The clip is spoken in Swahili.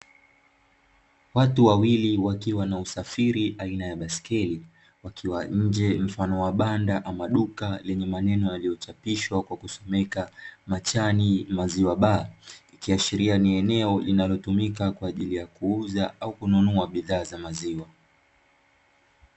Watu wawili wakiwa na usafiri aina ya baiskeli wakiwa nje mfano wa banda ama duka lenye maneno yaliyochapishwa kwa kusomeka machani maziwa baa, ikiashiria ni eneo linalotumika kwa ajili ya kuuza au kununua bidhaa za maziwa.